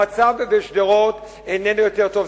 המצב בשדרות איננו יותר טוב.